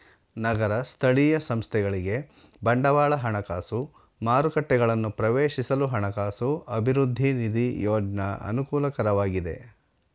ನಗರ ಸ್ಥಳೀಯ ಸಂಸ್ಥೆಗಳಿಗೆ ಬಂಡವಾಳ ಹಣಕಾಸು ಮಾರುಕಟ್ಟೆಗಳನ್ನು ಪ್ರವೇಶಿಸಲು ಹಣಕಾಸು ಅಭಿವೃದ್ಧಿ ನಿಧಿ ಯೋಜ್ನ ಅನುಕೂಲಕರವಾಗಿದೆ